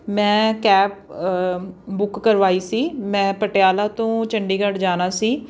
ਮੈਂ cab book ਕਰਵਾਈ ਸੀ ਮੈਂ ਪਟਿਆਲਾ ਤੋਂ ਚੰਡੀਗੜ੍ਹ ਜਾਣਾ ਸੀ